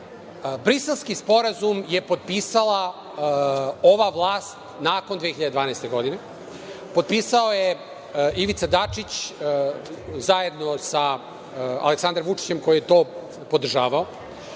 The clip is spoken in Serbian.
Srbije. Briselski sporazum je potpisala ova vlast nakon 2012. godine, potpisao ga je Ivica Dačić zajedno sa Aleksandrom Vučićem koji je to podržavao.